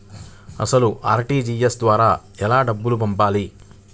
అసలు అర్.టీ.జీ.ఎస్ ద్వారా ఎలా డబ్బులు పంపాలి?